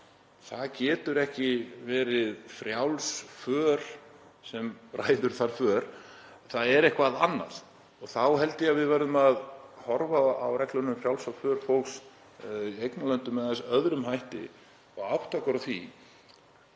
Það getur ekki verið frjáls för sem ræður þar för. Það er eitthvað annað. Þá held ég að við verðum að horfa á regluna um frjálsa för fólks í eignarlöndum með aðeins öðrum hætti og átta okkur á því